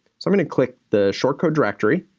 so i'm gonna click the short code directory,